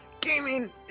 Gaming